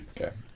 okay